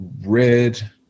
red